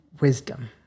wisdom